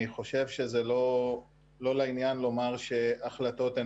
אני חשוב שזה לא לעניין לומר החלטות הן